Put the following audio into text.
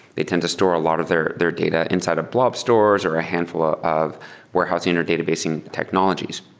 they tend to store a lot of their their data inside of blob stores or a handful ah of warehousing or data basing technologies.